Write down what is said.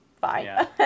fine